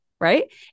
right